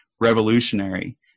revolutionary